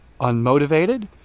unmotivated